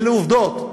אלה עובדות.